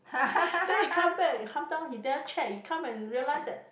then he come back he never check he come and realise that